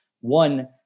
one